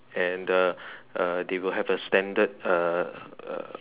and uh uh they will have a standard uh uh